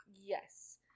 Yes